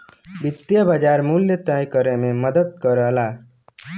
वित्तीय बाज़ार मूल्य तय करे में मदद करला